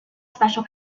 special